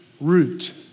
root